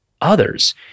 others